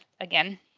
again